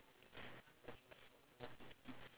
and condensed milk